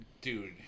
Dude